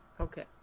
Okay